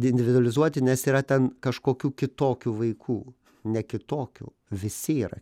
individualizuoti nes yra ten kažkokių kitokių vaikų ne kitokių visi yra